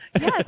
Yes